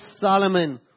Solomon